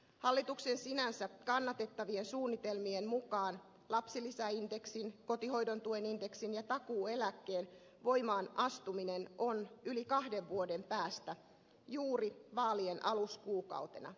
hallituksen sinänsä kannatettavien suunnitelmien mukaan lapsilisäindeksin kotihoidon tuen indeksin ja takuueläkkeen voimaan astuminen on yli kahden vuoden päässä juuri vaalienaluskuukautena